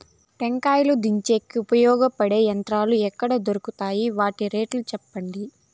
టెంకాయలు దించేకి ఉపయోగపడతాయి పడే యంత్రాలు ఎక్కడ దొరుకుతాయి? వాటి రేట్లు చెప్పండి?